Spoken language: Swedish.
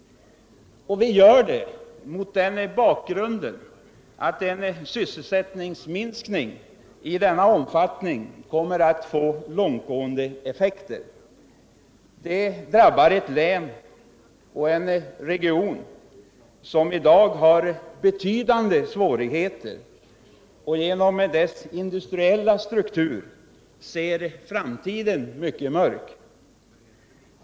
Vi gör det mot den bakgrunden att en sysselsättningsminskning i denna omfattning kommer att få långtgående effekter. Den drabbar ett län och en region som i dag har betydande svårigheter, och genom dess industriella struktur ser framtiden mörk ut.